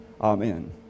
Amen